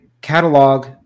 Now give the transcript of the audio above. catalog